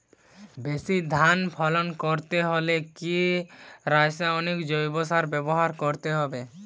বেশি ধান ফলন করতে হলে কি রাসায়নিক জৈব সার ব্যবহার করতে হবে?